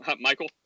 Michael